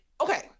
okay